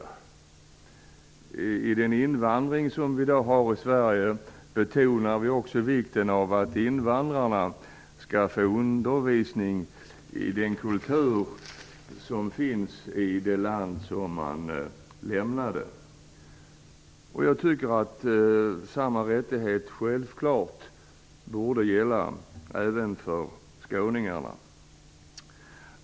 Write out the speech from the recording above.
När det gäller den invandring vi har i Sverige i dag betonar vi också vikten av att invandrarna skall få undervisning i den kultur som finns i det land som de lämnat. Jag tycker att samma rättighet även borde gälla för skåningarna.